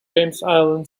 island